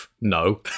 No